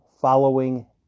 following